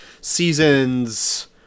seasons